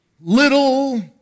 little